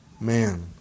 man